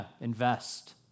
invest